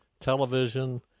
television